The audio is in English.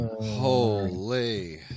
Holy